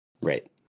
Right